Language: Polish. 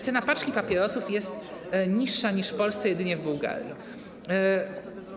Cena paczki papierosów jest niższa niż w Polsce jedynie w Bułgarii.